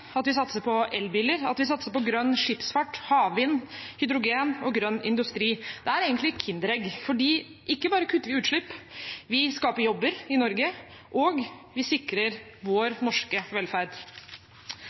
at vi satser på elbiler, at vi satser på grønn skipsfart, havvind, hydrogen og grønn industri, er egentlig et kinderegg, for ikke bare kutter vi utslipp, vi skaper jobber i Norge, og vi sikrer vår